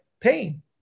pain